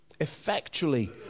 effectually